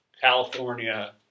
California